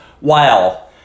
wow